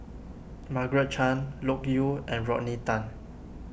Margaret Chan Loke Yew and Rodney Tan